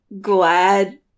Glad